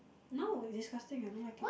no disgusting I don't like it